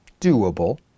doable